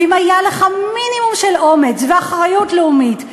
ואם היה לך מינימום של אומץ ואחריות לאומית,